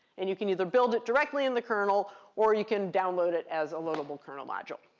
and you can either build it directly in the kernel, or you can download it as a loadable kernel module.